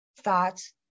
Thoughts